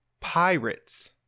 Pirates